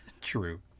True